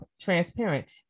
transparent